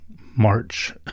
march